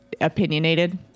opinionated